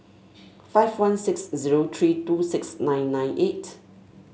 five one six zoer three two six nine nine eight